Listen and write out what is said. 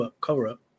cover-up